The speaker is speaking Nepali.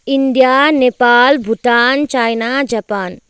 India Nepal Bhutan China Japan